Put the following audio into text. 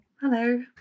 Hello